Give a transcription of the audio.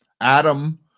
Adam